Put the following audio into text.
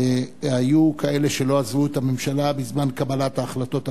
היו כאלה שלא עזבו את הממשלה בזמן קבלת ההחלטות הפרלימינריות.